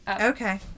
Okay